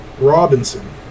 Robinson